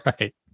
right